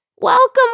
Welcome